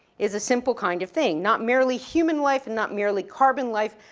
is a simple kind of thing. not merely human life, and not merely carbon life,